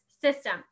system